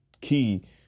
key